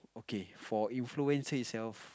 okay for influencer itself